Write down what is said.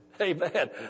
Amen